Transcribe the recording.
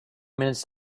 minutes